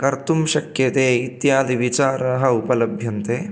कर्तुं शक्यते इत्यादिविचाराः उपलभ्यन्ते